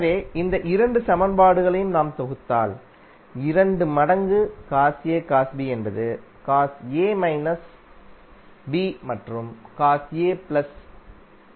எனவே இந்த இரண்டு சமன்பாடுகளையும் நாம் தொகுத்தால் இரண்டு மடங்கு காஸ் A காஸ் B என்பது காஸ் A மைனஸ் B மற்றும் காஸ் A பிளஸ் B